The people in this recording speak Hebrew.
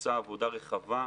ביצע עבודה רחבה,